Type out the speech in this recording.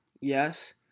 yes